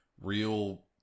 real